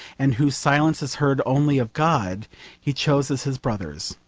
and whose silence is heard only of god he chose as his brothers.